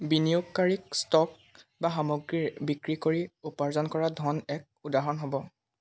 বিনিয়োগকাৰীক stock বা সামগ্ৰী বিক্ৰী কৰি উপাৰ্জন কৰা ধন এক উদাহৰণ হ'ব